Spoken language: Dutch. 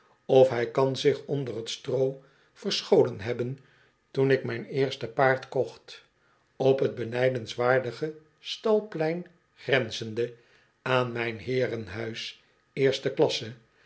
of hij kan zich onder t stroo verscholen hebben toen ik mijn eerste paard kocht op t benijdenswaardige stalplein grenzende aan mijn heerenhuis eerste klasse